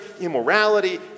immorality